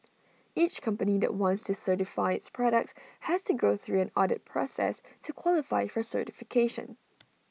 each company that wants to certify its products has to go through an audit process to qualify for certification